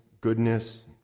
goodness